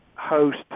host